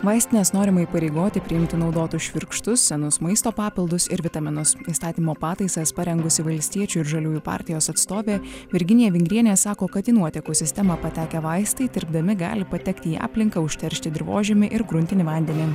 vaistines norima įpareigoti priimti naudotus švirkštus senus maisto papildus ir vitaminus įstatymo pataisas parengusi valstiečių ir žaliųjų partijos atstovė virginija vingrienė sako kad į nuotekų sistemą patekę vaistai tirpdami gali patekti į aplinką užteršti dirvožemį ir gruntinį vandenį